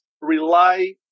rely